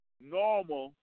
normal